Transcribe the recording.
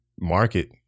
market